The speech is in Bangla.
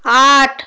আট